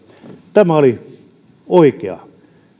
tämä oli oikea